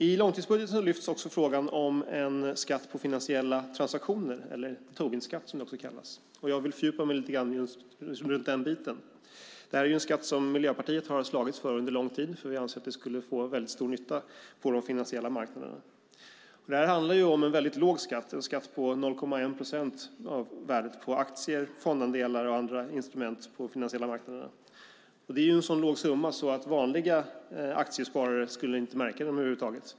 I långtidsbudgeten lyfts också fram frågan om en skatt på finansiella transaktioner, eller Tobinskatt. Jag ska fördjupa mig lite i den biten. Det här är en skatt som Miljöpartiet har slagits för under lång tid, för vi anser att den skulle få stor nytta på de finansiella marknaderna. Det handlar om en väldigt låg skatt, 0,1 procent av värdet på aktier, fondandelar och andra instrument på de finansiella marknaderna. Det är en så låg summa att vanliga aktiesparare inte skulle märka den över huvud taget.